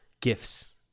gifts